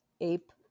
ape